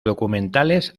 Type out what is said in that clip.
documentales